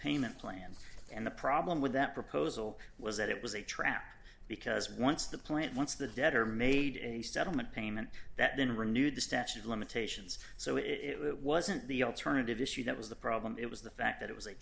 payment plan and the problem with that proposal was that it was a trap because once the plant once the debtor made a settlement payment that didn't renew the statute of limitations so it wasn't the alternative issue that was the problem it was the fact that it was a